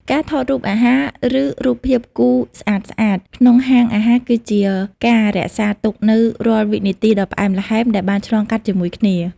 ការថតរូបអាហារ ឬរូបភាពគូស្អាតៗក្នុងហាងអាហារ គឺជាការរក្សាទុកនូវរាល់វិនាទីដ៏ផ្អែមល្ហែមដែលបានឆ្លងកាត់ជាមួយគ្នា។